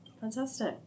fantastic